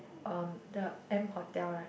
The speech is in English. um the M-Hotel right